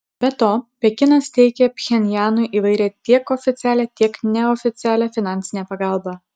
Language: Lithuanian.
be to pekinas teikia pchenjanui įvairią tiek oficialią tiek neoficialią finansinę pagalbą